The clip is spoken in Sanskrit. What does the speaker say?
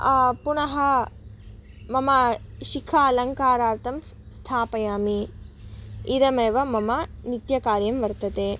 पुनः मम शिखा अलङ्कारार्थं स्थापयामि इदमेव मम नित्यकार्यं वर्तते